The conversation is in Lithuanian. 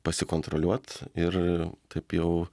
pasikontroliuot ir taip jau